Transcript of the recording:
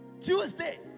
Tuesday